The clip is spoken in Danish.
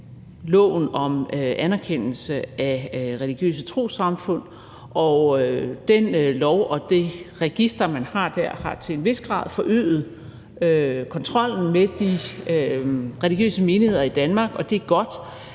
loven om anerkendelse af religiøse trossamfund. Og den lov og det register, man har der, har til en vis grad forøget kontrollen med de religiøse menigheder i Danmark, og det er godt.